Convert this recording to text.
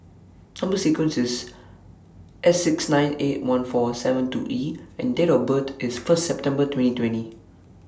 Number sequence IS S six nine eight one four seven two E and Date of birth IS First September twenty twenty